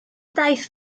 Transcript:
daith